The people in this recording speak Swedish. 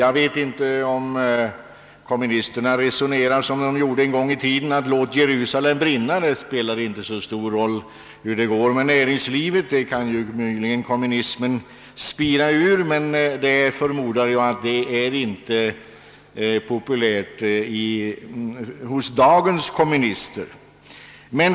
Jag vet inte om kommunisterna resonerar som de gjorde en gång i tiden då man sade: Låt Jerusalem brinna, det spelar inte så stor roll hur det går för näringslivet. Jag förmodar emellertid att det talet inte är populärt hos dagens kommunister.